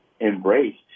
embraced